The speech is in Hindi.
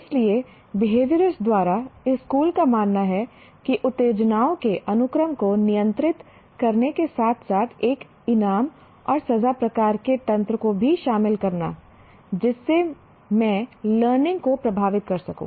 इसलिए बिहेवियरिस्ट द्वारा इस स्कूल का मानना है कि उत्तेजनाओं के अनुक्रम को नियंत्रित करने के साथ साथ एक इनाम और सजा प्रकार के तंत्र को भी शामिल करना जिससे मैं लर्निंग को प्रभावित कर सकूं